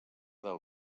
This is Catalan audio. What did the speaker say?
del